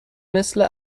مثل